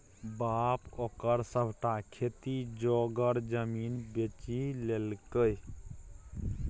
बाप ओकर सभटा खेती जोगर जमीन बेचि लेलकै